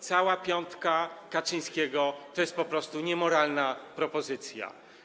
Cała piątka Kaczyńskiego to jest po prostu niemoralna propozycja.